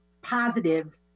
positive